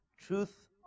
Truth